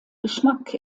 geschmack